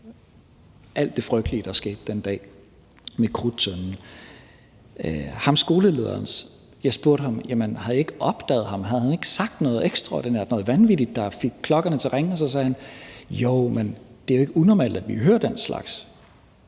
alt det frygtelige, der skete den dag ved Krudttønden. Jeg spurgte ham skolelederen: Jamen havde I ikke opdaget ham? Havde han ikke sagt noget ekstraordinært, noget vanvittigt, der fik klokkerne til at ringe? Og så sagde han: Jo, men det er jo ikke unormalt, at vi hører den slags